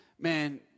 man